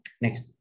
Next